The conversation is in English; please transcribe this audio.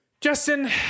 Justin